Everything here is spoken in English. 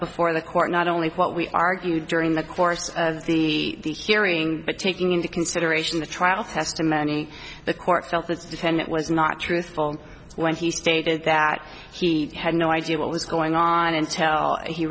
before the court not only what we argued during the course of the hearing but taking into consideration the trial testimony the court itself as defendant was not truthful when he stated that he had no idea what was going on in tel he